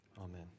Amen